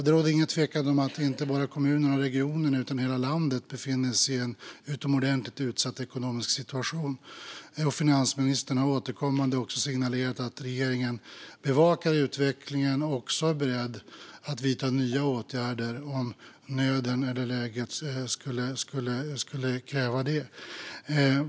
Det råder ingen tvekan om att inte bara kommunerna och regionerna utan också hela landet befinner sig i en utomordentligt utsatt ekonomisk situation. Finansministern har också återkommande signalerat att regeringen bevakar utvecklingen och även är beredd att vidta nya åtgärder om nöden eller läget skulle kräva det.